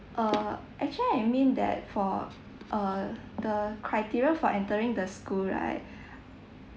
err actually I mean that for uh the criteria for entering the school right